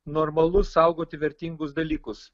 normalu saugoti vertingus dalykus